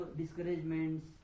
discouragements